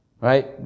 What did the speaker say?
Right